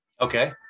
Okay